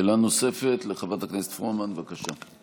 שאלה נוספת לחברת הכנסת פרומן, בבקשה.